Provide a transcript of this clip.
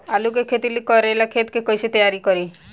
आलू के खेती करेला खेत के कैसे तैयारी होला?